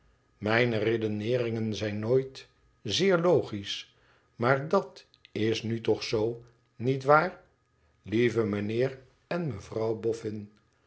mijne redeneerinn zijn nooit zeer logisch maar dat is nu toch zoo niet waar lieve mijnheer en mevrouw boffin